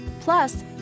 Plus